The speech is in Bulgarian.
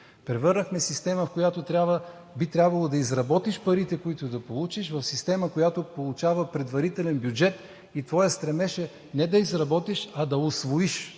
Превърнахме системата, в която би трябвало да изработиш парите, които да получиш, в система, която получава предварителен бюджет и твоят стремеж е не да изработиш, а да усвоиш